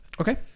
Okay